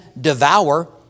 devour